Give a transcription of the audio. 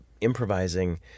improvising